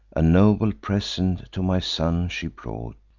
a noble present to my son she brought,